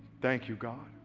thank you, god